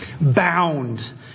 bound